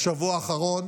בשבוע האחרון